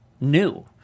new